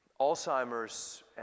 Alzheimer's